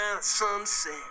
sunset